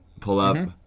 pull-up